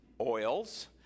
oils